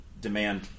demand